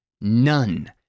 None